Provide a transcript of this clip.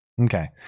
Okay